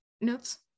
notes